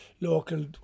local